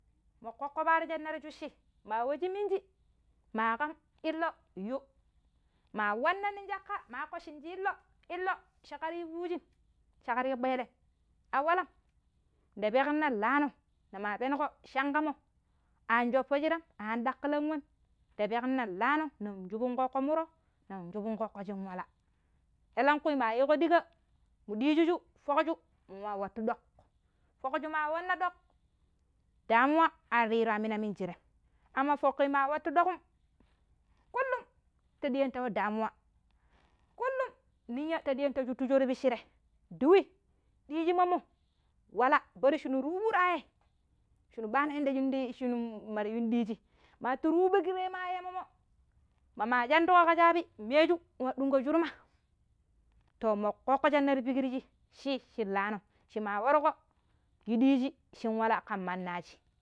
﻿Mu ƙoƙƙo paaro shine ta shushi ma we shi minji ma ƙam illo yu, ma wanna nong caƙƙa ma shanji illo, illo shi karyu fujim shi ƙaryu ƙpelem awalam nda peƙna laano nima penuƙo shanƙamo a shopo shiram an ɗaƙƙila̱n wem nda peƙna laano nin shubun ƙoƙƙo muro̱ nin shupun ƙoƙƙo shin wala, elengƙui mayiƙo ɗuuja̱ foƙju munwa wattu ɗoƙ, foƙju ma wanna ɗoƙ damuwan ariru yamina mujirem, aman foƙƙi ma wattu ɗoƙum kulum ta ɗaiton damuwa kulum ninya̱ ta ɗiya̱n ta shutu shoo ti pishire nɗiwi dijamamo wala bari shinu ruɓurayei shinu ɓano inda njiɗi shinu maruɗiji matu rubeƙirema yemamu mama shaɗuƙo ƙa shaabi nmeju nwa ɗimgo shurmai toh mummo ƙoƙƙo shinne ta pekiriji shi shi laano shima warƙo yu ɗiiji shin wala ƙan mannaji.